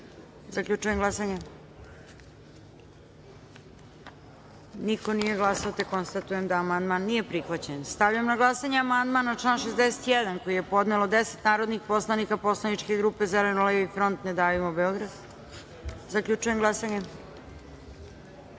Zaključujem glasanje: niko nije glasao za ovaj amandman. Konstatujem da amandman nije prihvaćen. Stavljam na glasanje amandman na član 61. koji je podnelo 10 narodnih poslanika poslaničke grupe Zeleno-levi front – Ne davimo Beograd. Zaključujem glasanje: